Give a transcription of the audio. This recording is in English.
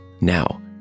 Now